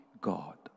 God